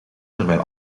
terwijl